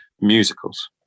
Musicals